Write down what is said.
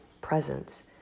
presence